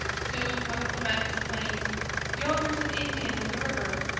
soon one of the men exclaims yonder's an indian in the river.